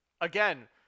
again